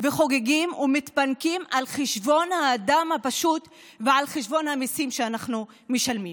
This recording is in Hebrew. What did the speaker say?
וחוגגים ומתפנקים על חשבון האדם הפשוט ועל חשבון המיסים שאנחנו משלמים.